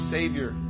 Savior